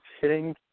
hitting